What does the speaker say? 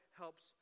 helps